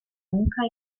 nuca